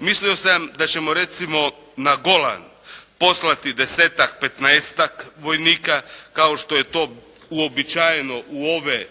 Mislio sam da ćemo recimo na Golan poslati desetak, petnaestak vojnika kao što je to uobičajeno u ove